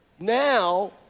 Now